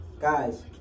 guys